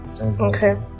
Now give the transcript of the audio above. Okay